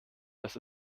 das